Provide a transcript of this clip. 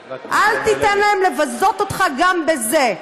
אל תיתן להם לבזות אותך גם בזה.